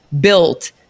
built